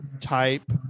type